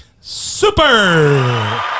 super